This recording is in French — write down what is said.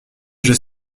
j’ai